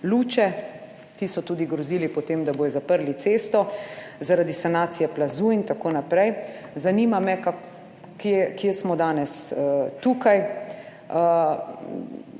Luče. Ti so tudi grozili po tem, da bodo zaprli cesto zaradi sanacije plazu in tako naprej. Zanima me, kje smo danes tukaj?